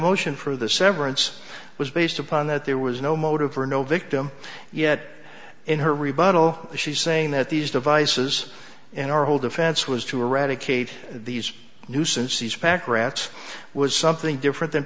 motion for the severance was based upon that there was no motive for no victim yet in her rebuttal she's saying that these devices and her whole defense was to eradicate these nuisances packrat was something different than